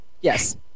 Yes